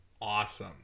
awesome